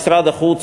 משרד החוץ,